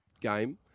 game